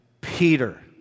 Peter